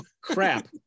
crap